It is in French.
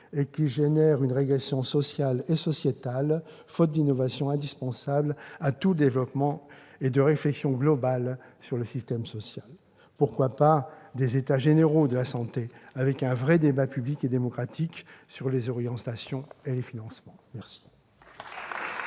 et qu'il génère une régression sociale et sociétale, faute d'innovation indispensable à tout développement et de réflexion globale sur le système social. Pourquoi ne pas envisager des états généraux de la santé avec un vrai débat public et démocratique sur les orientations et les financements ?